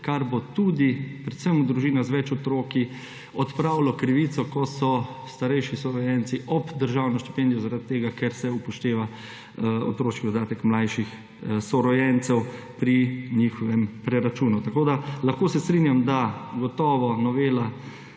kar bo predvsem družinam z več otroki odpravilo krivico, ko so starejši sorojenci ob državno štipendijo zaradi tega, ker se upošteva otroški dodatek mlajših sorojencev pri njihovem preračunu. Tako da se lahko strinjam, da gotovo novela